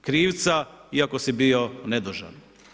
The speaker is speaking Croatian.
krivca iako si bio nedužan.